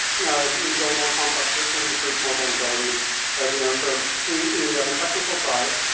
you know as we build more complex systems it creates more vulnerabilities as you know, so we, you have the technical side,